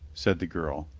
said the girl.